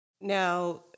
Now